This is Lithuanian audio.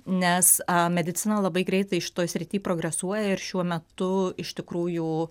nes a medicina labai greitai šitoj srity progresuoja ir šiuo metu iš tikrųjų